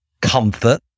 comfort